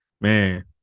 Man